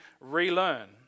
relearn